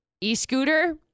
e-scooter